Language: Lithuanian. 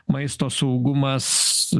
maisto saugumas